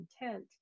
intent